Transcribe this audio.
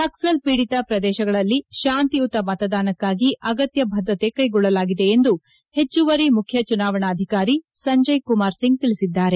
ನಕ್ಸಲ್ ಪೀಡಿತ ಪ್ರದೇಶಗಳಲ್ಲಿ ಶಾಂತಿಯುತ ಮತದಾನಕ್ಕಾಗಿ ಅಗತ್ತ ಭದ್ರತೆ ಕೈಗೊಳ್ಳಲಾಗಿದೆ ಎಂದು ಹೆಚ್ಚುವರಿ ಮುಖ್ಚ ಚುನಾವಣಾಧಿಕಾರಿ ಸಂಜಯ್ ಕುಮಾರ್ ಸಿಂಗ್ ಹೇಳಿದ್ದಾರೆ